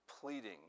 pleading